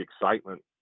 excitement